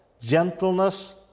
gentleness